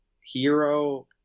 Hero